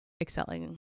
excelling